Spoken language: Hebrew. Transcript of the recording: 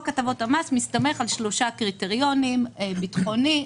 הטבות המס מסתמך על שלושה קריטריונים: ביטחוני,